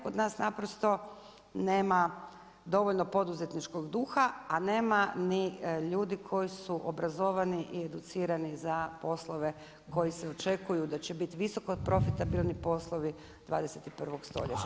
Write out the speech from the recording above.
Kod nas naprosto nema dovoljno poduzetničkog duha, a nema ni ljudi koji su obrazovani i educirani za poslove koji se očekuju da će biti visoko profitabilni poslovi 21. stoljeća.